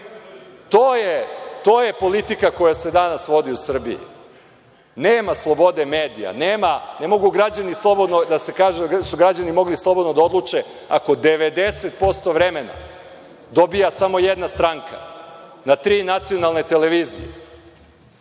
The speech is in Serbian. To je politika koja se danas vodi u Srbiji. Nema slobode medija, ne može da se kaže da su građani mogli slobodno da odluče ako 90% vremena dobija samo jedna stranka na tri nacionalne televizije.